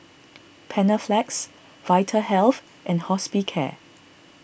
Panaflex Vitahealth and Hospicare